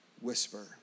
whisper